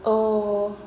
oh